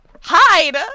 Hide